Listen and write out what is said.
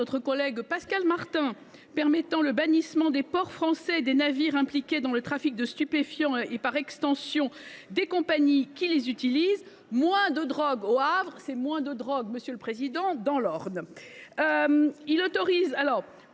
notre collègue Pascal Martin, visant à permettre le bannissement des ports français des navires impliqués dans le trafic de stupéfiants et, par extension, des compagnies qui les utilisent. Moins de drogue au Havre, c’est moins de drogue dans l’Orne, monsieur le président ! Je souhaite